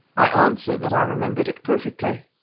i answered that i remembered it perfectly.